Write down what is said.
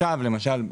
למשל,